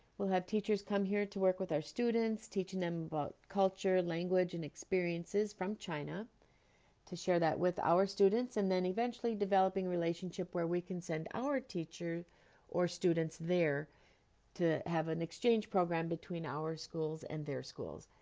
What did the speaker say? we'll have teachers come here to work with our students, teaching them about culture, language and experiences from china to share that with our students, and then eventually developing a relationship where we can send our teachers or students there to have an exchange program between our school and their schools.